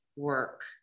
work